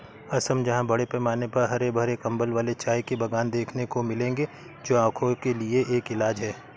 असम जहां बड़े पैमाने पर हरे भरे कंबल वाले चाय के बागान देखने को मिलेंगे जो आंखों के लिए एक इलाज है